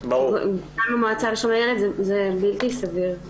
גם המועצה לשלום הילד, זה בלתי סביר ממש.